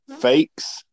fakes